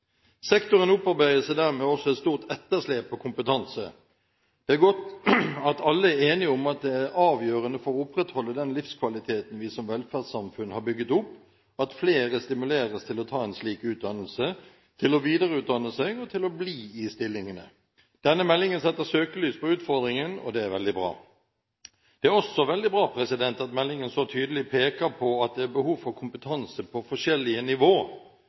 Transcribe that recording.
Sektoren opparbeider seg dermed også et stort etterslep på kompetanse. Det er godt at alle er enige om at det er avgjørende for å opprettholde den livskvaliteten vi som velferdssamfunn har bygget opp, at flere stimuleres til å ta en slik utdannelse, til å videreutdanne seg og til å bli i stillingene. Denne meldingen setter søkelys på utfordringen, og det er veldig bra. Det er også veldig bra at meldingen så tydelig peker på at det er behov for kompetanse på forskjellige nivå.